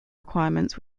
requirements